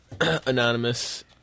anonymous